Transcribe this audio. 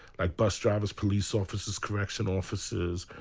like bus drivers, police officers, correction officers.